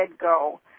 go